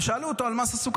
ושאלו אותו על מס הסוכר,